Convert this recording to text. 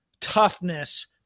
toughness